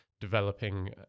developing